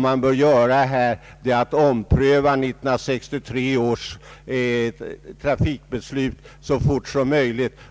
bör 1963 års trafikpolitiska beslut omprövas så fort som möjligt.